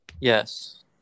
Yes